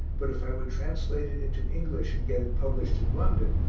but if i would translate it into english and get it published in london,